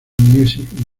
music